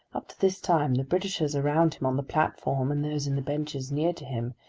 up to this time the britishers around him on the platform and those in the benches near to him,